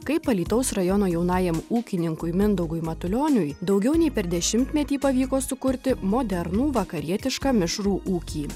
kaip alytaus rajono jaunajam ūkininkui mindaugui matulioniui daugiau nei per dešimtmetį pavyko sukurti modernų vakarietišką mišrų ūkį